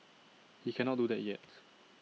he cannot do that yet